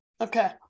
Okay